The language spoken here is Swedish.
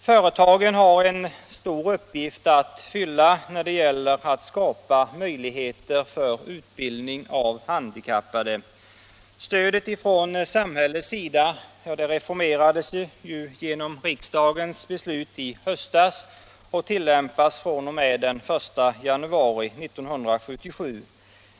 Företagen har en stor uppgift att fylla när det gäller att skapa möjligheter för utbildning av handikappade. Stödet ifrån samhällets sida reformerades genom riksdagens beslut i höstas och tillämpas fr.o.m. den 1 januari 1977.